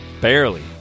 Barely